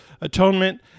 atonement